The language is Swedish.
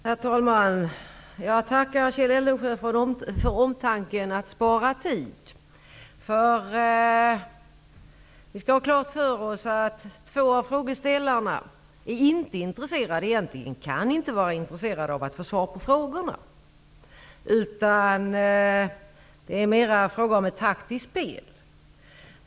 Herr talman! Jag tackar Kjell Eldensjö för omtanken att spara tid. Vi skall ha klart för oss att två av frågeställarna inte kan vara intresserade av att få svar på frågorna. Det är mera fråga om ett taktiskt spel.